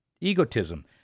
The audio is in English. egotism